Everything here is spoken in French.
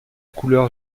couleur